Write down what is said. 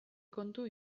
kontu